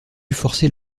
forcer